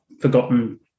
forgotten